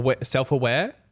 self-aware